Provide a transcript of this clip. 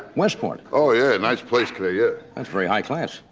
westport? oh yeah, nice place. but yeah that's very high class.